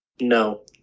No